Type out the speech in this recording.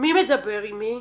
מי מדבר עם מי?